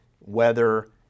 weather